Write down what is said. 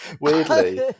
weirdly